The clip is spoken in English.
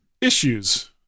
issues